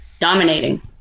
dominating